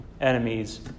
enemies